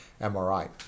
MRI